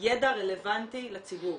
ידע רלבנטי לציבור.